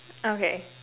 okay